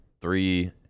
three